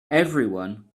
everyone